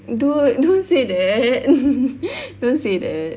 dude don't say that don't say that